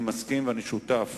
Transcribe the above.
אני מסכים ואני שותף